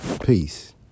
Peace